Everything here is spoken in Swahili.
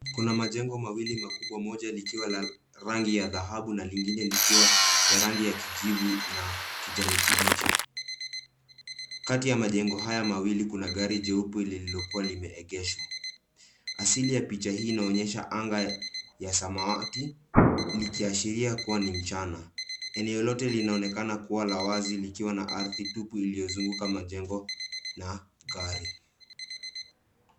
Kuna majengo mawili makubwa, moja likiwa la rangi ya dhahabu na lingine likiwa ya rangi ya kijivu na kijani kibichi. Kati ya majengo haya mawili kuna gari jeupe lililokuwa limeegeshwa. Asili ya picha hii inaonyesha anga ya samawati likiashiria kuwa ni mchana. Eneo lote linaonekana kuwa la wazi likIwa na ardhi tupu iliyozunguka majengo na gari.